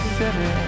city